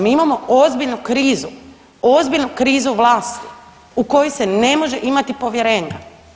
Mi imamo ozbiljnu krizu, ozbiljnu krizu vlasti u koju se ne može imati povjerenja.